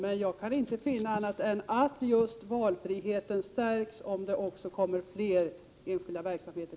Men jag kan inte finna annat än att just valfriheten stärks om det tillkommer fler enskilda verksamheter.